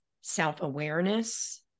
self-awareness